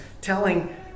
telling